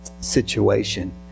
situation